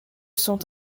sont